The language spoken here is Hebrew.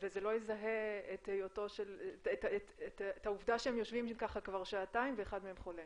-- וזה לא יזהה את העובדה שהם יושבים ככה כבר שעתיים ואחד מהם חולה.